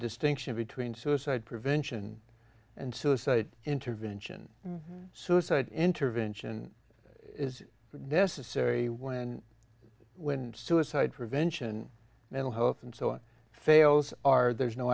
distinction between suicide prevention and suicide intervention suicide intervention is necessary when when suicide prevention mental health and so on fails are there's no